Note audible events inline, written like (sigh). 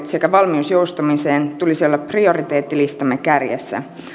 (unintelligible) sekä valmiuden joustamiseen tulisi olla prioriteettilistamme kärjessä